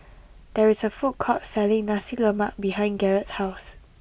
there is a food court selling Nasi Lemak behind Garret's house